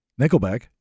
Nickelback